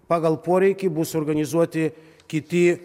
pagal poreikį bus organizuoti kiti